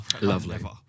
Lovely